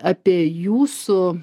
apie jūsų